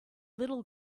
little